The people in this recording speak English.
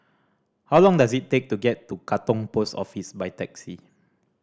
how long does it take to get to Katong Post Office by taxi